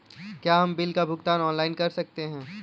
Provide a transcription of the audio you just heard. क्या हम बिल का भुगतान ऑनलाइन कर सकते हैं?